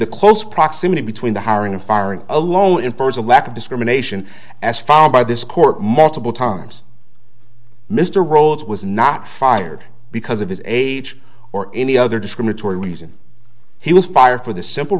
the close proximity between the hiring and firing alone infers a lack of discrimination as found by this court multiple times mr rhodes was not fired because of his age or any other discriminatory reason he was fired for the simple